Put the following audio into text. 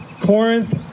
Corinth